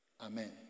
Amen